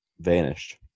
vanished